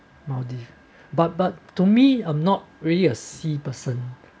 maldives but but to me I'm not really a sea person